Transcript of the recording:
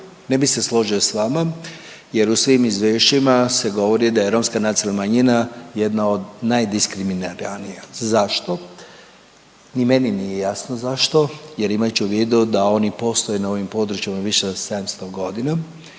ne bi se složio s vama jer u svim izvješćima se govori da je romska nacionalna manjina jedna od najdiskriminiranija. Zašto? Ni meni nije jasno zašto jer imajući u vidu da oni postoje na ovim područjima više od